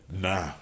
Nah